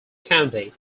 county